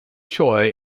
choi